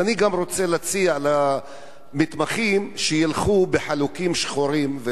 אז אני גם רוצה להציע למתמחים שילכו בחלוקים שחורים,